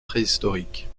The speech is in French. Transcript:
préhistorique